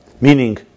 Meaning